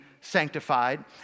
sanctified